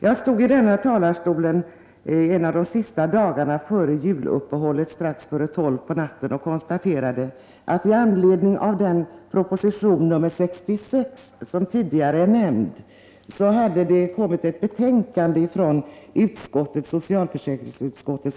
Jag stod i denna talarstol strax före 12 på natten en av de sista dagarna före juluppehållet och konstaterade att det med anledning av proposition 66, vilken tidigare nämnts, hade kommit ett betänkande, nr 14, från socialförsäkringsutskottet.